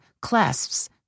clasps